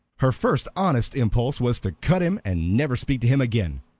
her first honest impulse was to cut him and never speak to him again.